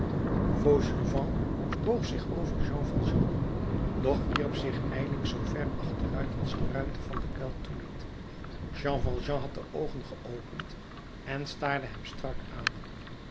fauchelevent boog zich over jean valjean doch wierp zich ijlings zoo ver achteruit als de ruimte van den kuil toeliet jean valjean had de oogen geopend en staarde hem strak aan